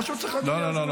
פשוט צריך להגיד לי את זה,